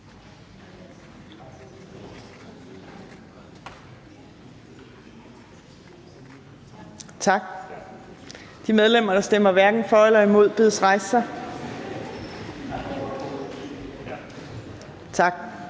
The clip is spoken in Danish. Tak. De medlemmer, der hverken stemmer for eller imod, bedes rejse sig. Tak.